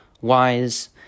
wise